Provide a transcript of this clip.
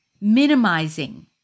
minimizing